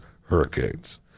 hurricanes